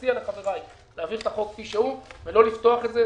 אציע לחבריי להעביר את החוק כפי שהוא ולא לפתוח את זה.